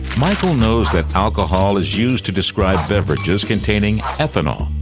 michael knows that alcohol is used to describe beverages containing ethanol.